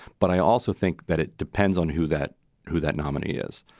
but i also think that it depends on who that who that nominee is.